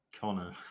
Connor